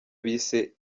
bise